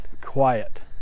quiet